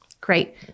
Great